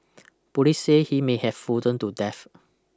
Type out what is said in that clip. police say he may have frozen to death